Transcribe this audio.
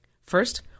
First